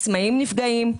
העצמאים נפגעים.